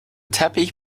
teppich